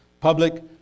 public